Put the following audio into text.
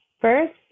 First